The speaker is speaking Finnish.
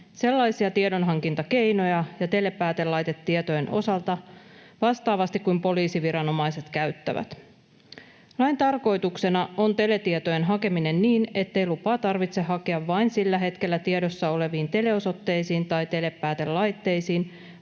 tiedonhankintakeinoja ja telepäätelaitetietoja vastaavasti kuin poliisiviranomaiset käyttävät. Lain tarkoituksena on teletietojen hakeminen niin, ettei lupaa tarvitse hakea vain sillä hetkellä tiedossa oleviin teleosoitteisiin tai telepäätelaitteisiin,